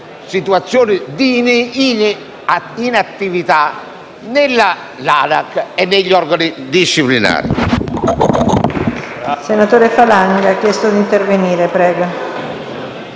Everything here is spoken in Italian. situazioni di inattività nell'ANAC e negli organi disciplinari.